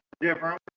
different